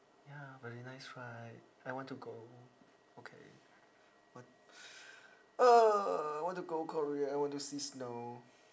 ya very nice right I want to go okay but uh want to go korea want to see snow